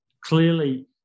Clearly